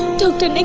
doctor